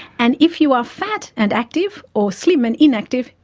and if you are fat and active or slim and inactive,